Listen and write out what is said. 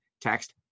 Text